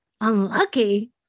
unlucky